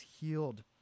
healed